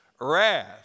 wrath